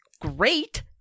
great